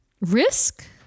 risk